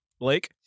Blake